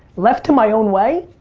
left to my own way,